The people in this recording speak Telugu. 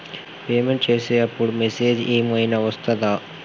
పేమెంట్ చేసే అప్పుడు మెసేజ్ ఏం ఐనా వస్తదా?